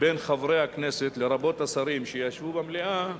בין חברי הכנסת, לרבות השרים שישבו במליאה,